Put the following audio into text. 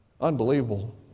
unbelievable